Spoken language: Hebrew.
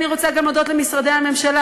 אני רוצה גם להודות למשרדי הממשלה.